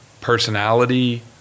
personality